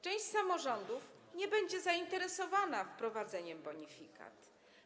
Część samorządów nie będzie zainteresowana wprowadzeniem bonifikat.